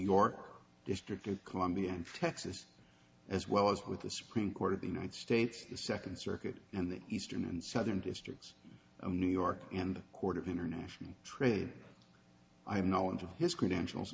york district of columbia and texas as well as with the supreme court of the united states the second circuit and the eastern and southern districts of new york and the court of international trade i have knowledge of his credentials